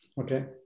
okay